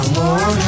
more